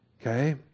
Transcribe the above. okay